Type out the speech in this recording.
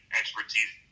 expertise